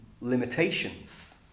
limitations